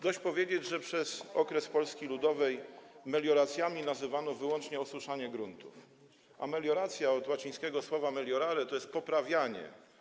Dość powiedzieć, że przez okres Polski Ludowej melioracjami nazywano wyłącznie osuszanie gruntów, a melioracja od łacińskiego słowa „meliorare” to jest poprawianie.